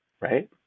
right